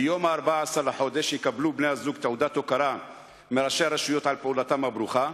ב-14 בחודש יקבלו בני הזוג תעודת הוקרה מראשי הרשויות על פעולתם הברוכה.